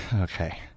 okay